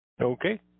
Okay